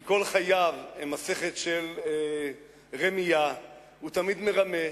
כי כל חייו הם מסכת של רמייה, הוא תמיד מרמה,